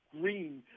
green